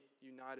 united